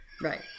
Right